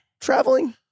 traveling